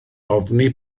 ofni